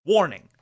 Warning